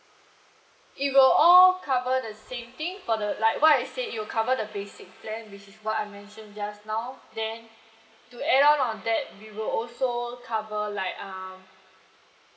it will all cover the same thing for the like what I said it'll cover the basic plan which is what I mentioned just now then to add on that we will also cover like um